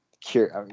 curious